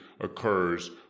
occurs